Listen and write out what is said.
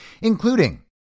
including